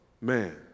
man